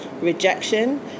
rejection